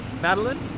Madeline